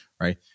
Right